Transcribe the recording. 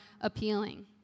appealing